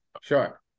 sure